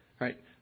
right